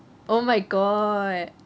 oh my god